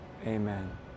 Amen